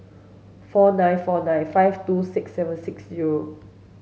four nine four nine five two six seven six zero